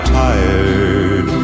tired